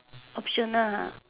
optional !huh!